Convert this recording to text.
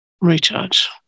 Recharge